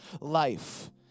life